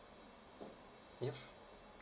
yup